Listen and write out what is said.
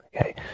Okay